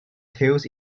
tails